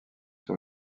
sur